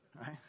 Right